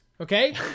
okay